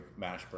Mashburn